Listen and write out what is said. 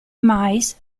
mais